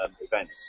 events